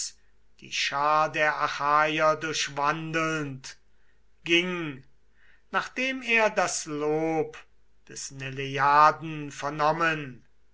die schar der achaier durchwandelnd ging nachdem er das lob des neleiaden vernommen